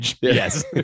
Yes